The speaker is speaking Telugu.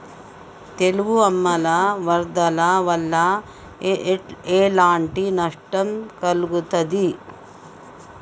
తెగులు ఆమ్ల వరదల వల్ల ఎలాంటి నష్టం కలుగుతది?